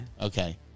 Okay